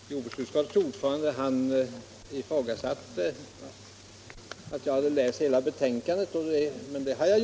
Herr talman! Jordbruksutskottets ordförande ifrågasatte om jag hade läst hela betänkandet. Det har jag.